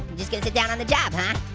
just gonna sit down on the job, huh?